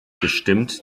gestimmt